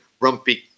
rumpy